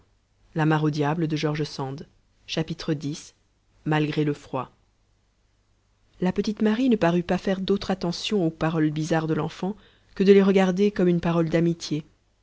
malgre le froid la petite marie ne parut pas faire d'autre attention aux paroles bizarres de l'enfant que de les regarder comme une parole d'amitié